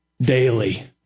daily